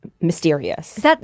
mysterious